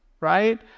right